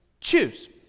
Choose